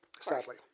sadly